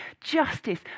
justice